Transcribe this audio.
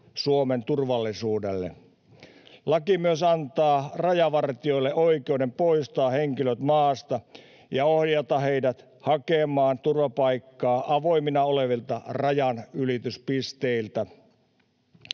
Suomen turvallisuudelle. Laki myös antaa rajavartijoille oikeuden poistaa henkilöt maasta ja ohjata heidät hakemaan turvapaikkaa avoimina olevilta rajanylityspisteiltä.